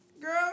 girl